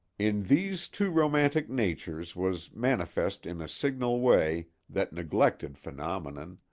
in these two romantic natures was manifest in a signal way that neglected phenomenon,